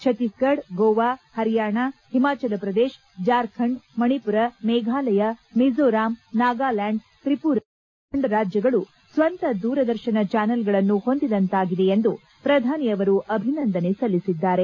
ಛತ್ತೀಸ್ಗಢ ಗೋವಾ ಹರಿಯಾಣ ಹಿಮಾಚಲ ಪ್ರದೇಶ ಜಾರ್ಖಂಡ್ ಮಣಿಪುರ ಮೇಘಾಲಯ ಮಿಜೋರಾಂ ನಾಗಾಲ್ಲಾಂಡ್ ತ್ರಿಪುರಾ ಮತ್ತು ಉತ್ತರಾಖಂಡ ರಾಜ್ಲಗಳು ಸ್ವಂತ ದೂರದರ್ಶನ ಚಾನೆಲ್ಗಳನ್ನು ಹೊಂದಿದಂತಾಗಿದೆ ಎಂದು ಪ್ರಧಾನಿ ಅವರು ಅಭಿನಂದನೆ ಸಲ್ಲಿಸಿದ್ದಾರೆ